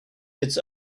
its